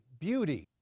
beauty